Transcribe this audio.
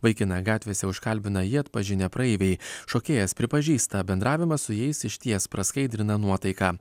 vaikiną gatvėse užkalbina jį atpažinę praeiviai šokėjas pripažįsta bendravimas su jais išties praskaidrina nuotaiką